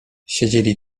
siedzieli